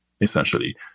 essentially